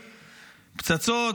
פצצות.